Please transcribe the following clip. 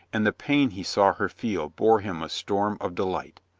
and the pain he saw her feel bore him a storm of delight.